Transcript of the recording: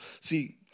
See